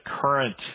current